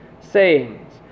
sayings